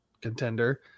contender